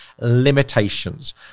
limitations